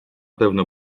pewno